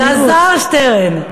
אלעזר שטרן,